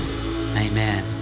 Amen